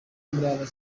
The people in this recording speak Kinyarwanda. umurava